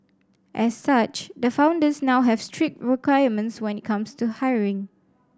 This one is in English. as such the founders now have strict requirements when it comes to hiring